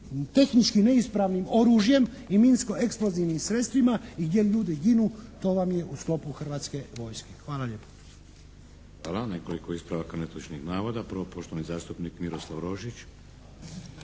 tehnički neispravnim oružjem i minsko-eksplozivnim sredstvima, gdje ljudi ginu to vam je u sklopu Hrvatske vojske. Hvala lijepa. **Šeks, Vladimir (HDZ)** Hvala. Nekoliko ispravaka netočnih navoda. Prvo, poštovani zastupnik Miroslav Rožić.